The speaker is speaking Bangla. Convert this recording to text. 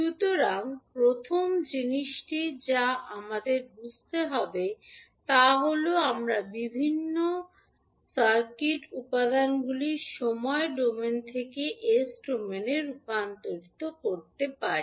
সুতরাং প্রথম জিনিসটি যা আমাদের বুঝতে হবে তা হল আমরা কীভাবে বিভিন্ন সার্কিট উপাদানগুলিকে সময় ডোমেন থেকে এস ডোমেনে রূপান্তর করতে পারি